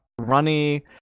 runny